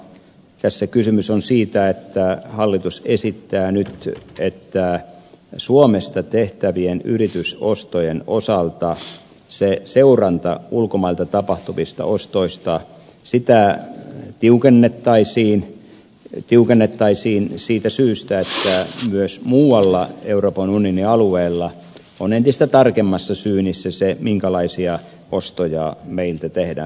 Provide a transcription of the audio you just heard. tässä kysymys on siitä että hallitus esittää nyt että suomesta tehtävien yritysostojen osalta seurantaa ulkomailta tapahtuvista ostoista tiukennettaisiin tiukennettaisiin siitä syystä että myös muualla euroopan unionin alueella on entistä tarkemmassa syynissä se minkälaisia ostoja meiltä tehdään